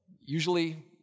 usually